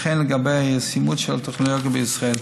וכן לגבי הישימות של הטכנולוגיה בישראל.